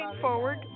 forward